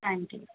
thank you